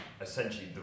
essentially